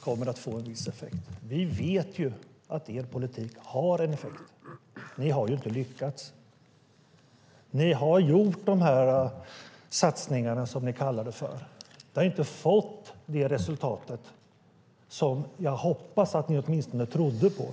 kommer att få en viss effekt. Vi vet att er politik har en effekt. Ni har inte lyckats. Ni har gjort satsningarna, som ni kallar det för. Det har inte fått det resultat som jag hoppas att ni åtminstone trodde på.